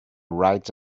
right